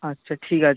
আচ্ছা ঠিক আছে